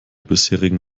bisherigen